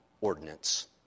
ordinance